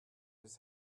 his